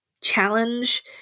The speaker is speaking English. challenge